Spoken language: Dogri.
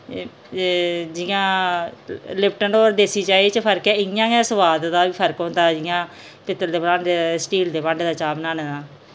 एह् जि'यां लिप्टन और देसी चाही च फर्क ऐ इ'यां गै सुआद दा बी फर्क होंदा जि'यां पित्तल दे भांडे दा ते स्टील दे भांडे दा चाह् बनाने दा